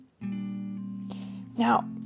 Now